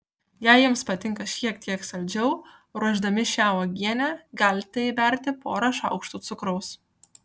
jei jums patinka šiek tiek saldžiau ruošdami šią uogienę galite įberti porą šaukštų cukraus